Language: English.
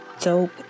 dope